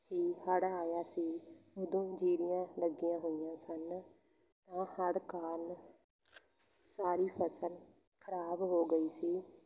ਹੀ ਹੜ੍ਹ ਆਇਆ ਸੀ ਉਦੋਂ ਜੀਰੀਆਂ ਲੱਗੀਆਂ ਹੋਈਆਂ ਸਨ ਤਾਂ ਹੜ੍ਹ ਕਾਰਨ ਸਾਰੀ ਫਸਲ ਖਰਾਬ ਹੋ ਗਈ ਸੀ